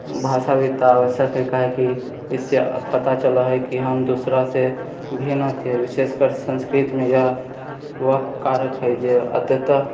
भाषा विविधता आवश्यक हइ काहेकि इससे पता चलय हइ कि हम दोसरासे भिन्न हइ विशेषकर संस्कृतमे यऽ वह कारक हइ जे अद्यतः